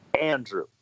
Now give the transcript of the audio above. Andrew